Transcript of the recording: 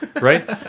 right